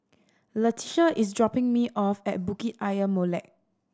Leticia is dropping me off at Bukit Ayer Molek